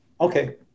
Okay